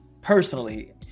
personally